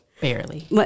Barely